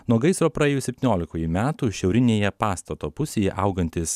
nuo gaisro praėjus septyniolikai metų šiaurinėje pastato pusėj augantys